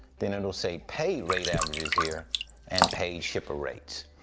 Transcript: then it'll say pay rate averages here and pay shipper rates.